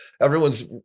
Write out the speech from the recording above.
everyone's